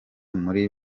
muri